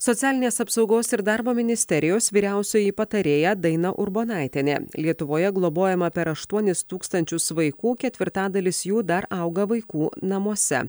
socialinės apsaugos ir darbo ministerijos vyriausioji patarėja daina urbonaitienė lietuvoje globojama per aštuonis tūkstančius vaikų ketvirtadalis jų dar auga vaikų namuose